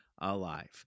alive